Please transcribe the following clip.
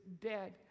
dead